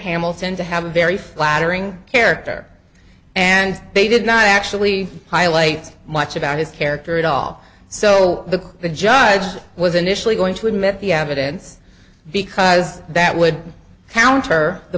hamilton to have a very flattering character and they did not actually highlight much about his character at all so the the judge was initially going to admit the evidence because that would counter the